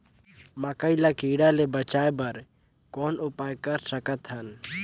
मकई ल कीड़ा ले बचाय बर कौन उपाय कर सकत हन?